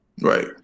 Right